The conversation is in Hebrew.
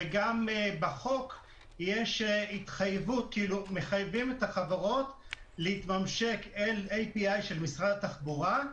ובחוק מחייבים את החברות להתממשק אל LTI של משרד התחבורה,